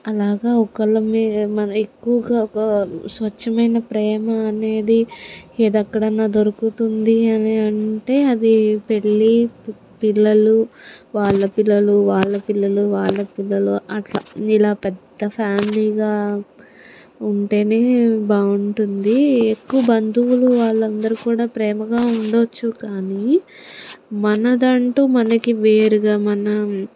అలాగా ఒకళ్ళ మీద ఎక్కువగా స్వచ్ఛమైన ప్రేమ అనేది ఎక్కడన్నా దొరుకుతుంది అని అంటే అది పెళ్లి పిల్లలు వాళ్ళ పిల్లలు వాళ్ళ పిల్లలు వాళ్ల పిల్లలు అట్లా ఇలా పెద్ద ఫ్యామిలీగా ఉంటేనే బాగుంటుంది ఎక్కువ బంధువులు వాళ్ళందరూ కూడా ప్రేమగా ఉండొచ్చు కానీ మనదంటూ మనకి వేరుగా మనం